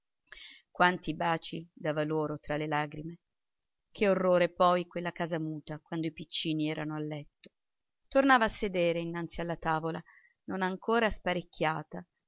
quanti baci dava loro tra le lagrime che orrore poi quella casa muta quando i piccini erano a letto tornava a sedere innanzi alla tavola non ancora sparecchiata